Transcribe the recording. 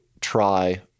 try